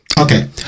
okay